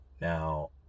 now